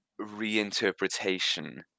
reinterpretation